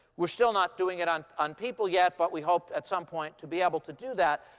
we're still not doing it on on people yet. but we hope, at some point, to be able to do that.